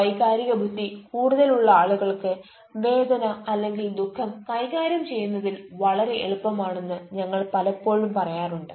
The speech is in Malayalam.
വൈകാരിക ബുദ്ധി കൂടുതൽ ഉള്ള ആളുകൾക്ക് വേദന അല്ലെങ്കിൽ ദുഃഖം കൈകാര്യം ചെയ്യുന്നതിൽ വളരെ എളുപ്പമാണെന്ന് ഞങ്ങൾ പലപ്പോഴും പറയാറുണ്ട്